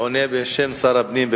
עונה בשם שר הפנים.